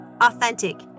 authentic